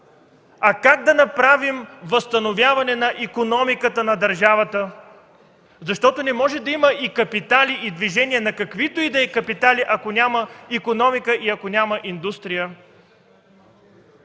а как да направим възстановяване на икономиката на държавата, защото не може да има и капитали, и движение на каквито и да е било капитали, ако няма икономика и индустрия.